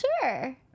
Sure